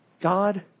God